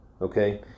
Okay